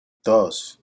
dos